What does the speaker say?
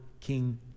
King